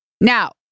Now